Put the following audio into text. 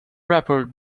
wrapper